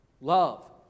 Love